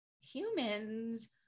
humans